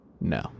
No